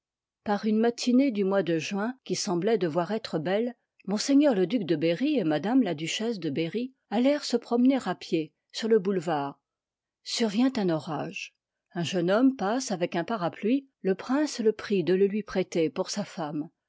par une matinée du mois de juin qui sembloit devoir être belle m le duc de berry et m la duchesse de berry allèrent se promener à pied sur le boulevard sur vient un orage un jeune homme passe avec un parapluie le prince le prie de le lui prêter pour sa femme